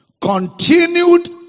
Continued